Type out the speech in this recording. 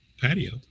patio